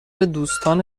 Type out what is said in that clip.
دوستان